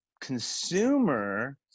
consumer